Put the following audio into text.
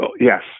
yes